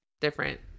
different